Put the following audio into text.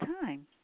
time